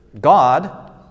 God